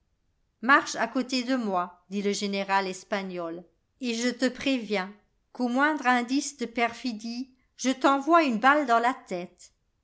marche à côte de moi dit le général espagnol et je te préviens qu'au moindre indice de pcriidie je t'envoye une balle dans la tète